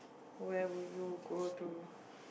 where would you go to